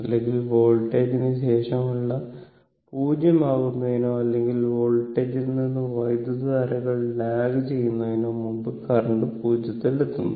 അല്ലെങ്കിൽ വോൾട്ടേജിന് ശേഷമുള്ള 0 ആകുന്നതിനോ അല്ലെങ്കിൽ വോൾട്ടേജിൽ നിന്ന് വൈദ്യുതധാരകൾ ലാഗ് ചെയ്യുന്നതിനോ മുമ്പ് കറന്റ് 0 ൽ എത്തുന്നു